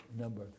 number